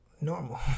normal